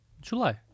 july